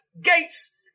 gates